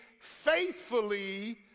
faithfully